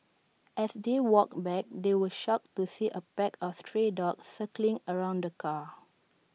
as they walked back they were shocked to see A pack of stray dogs circling around the car